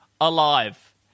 alive